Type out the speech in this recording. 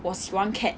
我喜欢 cat